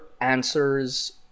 answers